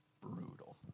brutal